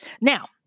now